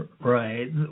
Right